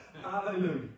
Hallelujah